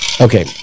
Okay